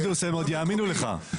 פינדרוס, עוד יאמינו לך.